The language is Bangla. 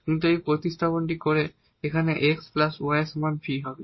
কিন্তু এই প্রতিস্থাপনটি করে এখানে x প্লাস y এর সমান v হবে